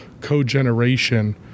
co-generation